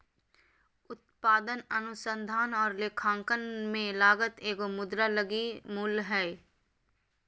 उत्पादन अनुसंधान और लेखांकन में लागत एगो मुद्रा लगी मूल्य हइ